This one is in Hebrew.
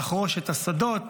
לחרוש את השדות,